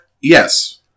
Yes